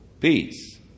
peace